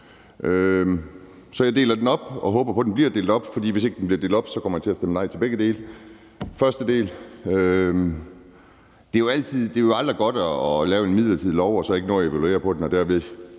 Så jeg deler det op og håber på, at det bliver delt op, for hvis det ikke bliver delt op, kommer jeg til at stemme nej til begge dele. Første del: Det er jo aldrig godt at lave en midlertidig lov og så ikke nå at evaluere på den og derved